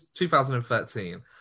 2013